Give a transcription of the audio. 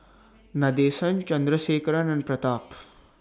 Nadesan Chandrasekaran and Pratap